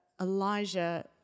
Elijah